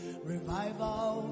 revival